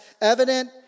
evident